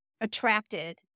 attracted